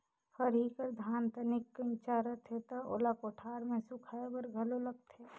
खरही कर धान तनिक कइंचा रथे त ओला कोठार मे सुखाए बर घलो लगथे